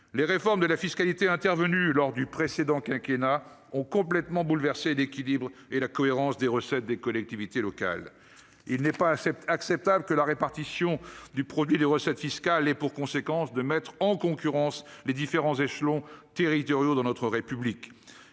Les réformes de la fiscalité intervenues lors du précédent quinquennat ont complètement bouleversé l'équilibre et la cohérence des recettes des collectivités locales. Il n'est pas acceptable que la répartition du produit des recettes fiscales ait pour conséquence, dans notre République, la mise en concurrence des différents échelons territoriaux. Il faut penser